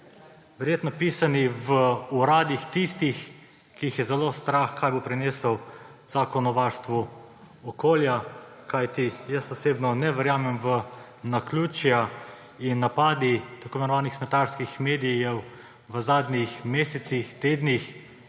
Verjetno pisani v uradih tistih, ki jih je zelo strah, kaj bo prinesel Zakon o varstvu okolja, kajti osebno ne verjamem v naključja, in napadi tako imenovanih smetarskih medijev v zadnjih mesecih, tednih